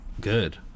Good